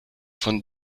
von